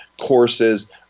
courses